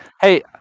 Hey